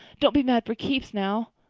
don't be mad for keeps, now.